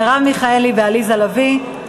מרב מיכאלי ועליזה לביא,